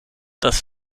das